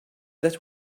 that